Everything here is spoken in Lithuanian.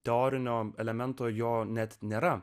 teorinio elemento jo net nėra